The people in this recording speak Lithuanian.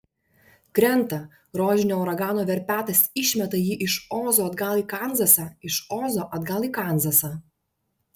krenta rožinio uragano verpetas išmeta jį iš ozo atgal į kanzasą iš ozo atgal į kanzasą